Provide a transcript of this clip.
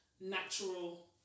natural